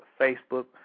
Facebook